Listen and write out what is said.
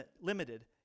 limited